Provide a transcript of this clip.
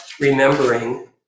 remembering